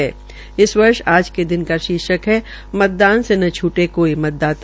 हर वर्ष आज के दिन का शीर्षक है मतदान से न छूटे कोई मतदाता